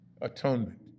Atonement